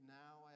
now